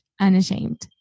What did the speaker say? unashamed